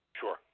Sure